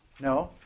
No